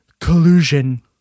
Collusion